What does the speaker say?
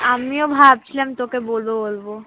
আমিও ভাবছিলাম তোকে বলব বলব